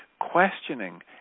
questioning